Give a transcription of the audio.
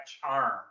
charm